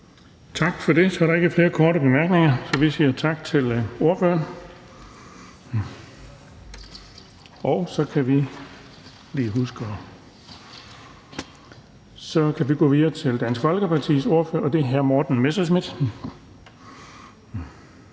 Tak for det. Der er ikke flere korte bemærkninger, så vi siger tak til ordføreren. Og så kan vi gå videre til Dansk Folkepartis ordfører, og det er hr. Morten Messerschmidt.